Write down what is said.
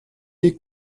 est